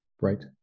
Right